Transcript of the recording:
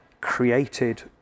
created